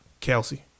Kelsey